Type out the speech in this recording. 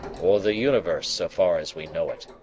or the universe so far as we know it,